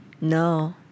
No